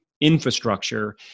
infrastructure